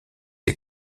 est